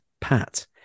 pat